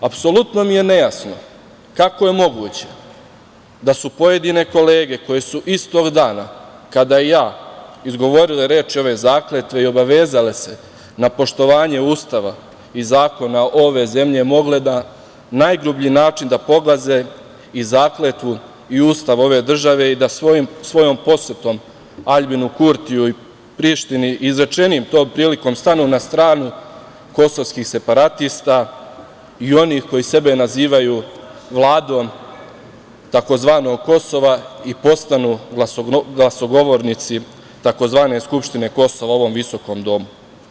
Apsolutno mi je nejasno kako je moguće da su pojedine kolege, koje su istog dana kada i ja, izgovorile reči ove zakletve i obavezale se na poštovanje Ustava i zakona ove zemlje, mogle na najgrublji način da pogaze i zakletvu i Ustav ove države i da svojom posetom Aljbinu Kurtiju i Prištini izrečenim tom prilikom stanu na stranu kosovskih separatista i onih koji sebe nazivaju vladom tzv. Kosova i postanu glasogovornici tzv. skupštine Kosova u ovom Visokom domu.